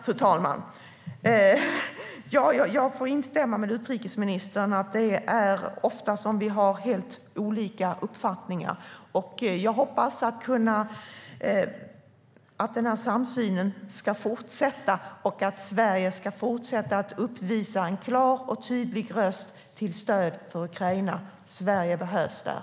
Fru talman! Jag instämmer med utrikesministern om att vi ofta har helt olika uppfattning. Men jag hoppas att vår samsyn i detta fortsätter och att Sverige ska fortsätta att vara en klar och tydlig röst till stöd för Ukraina. Sverige behövs där.